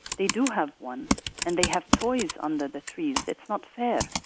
they do have one and they have toys under the tree. it's not fair.